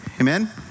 Amen